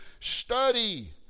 Study